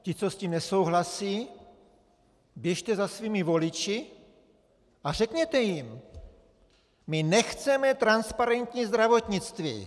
Ti, co s tím nesouhlasí, běžte za svými voliči a řekněte jim: My nechceme transparentní zdravotnictví!